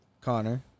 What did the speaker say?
connor